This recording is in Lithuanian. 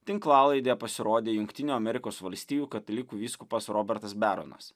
tinklalaidėje pasirodė jungtinių amerikos valstijų katalikų vyskupas robertas bernas